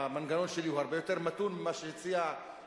המנגנון שלי הוא הרבה יותר מתון ממה שהציע שטרית,